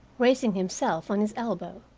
raising himself on his elbow.